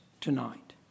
Tonight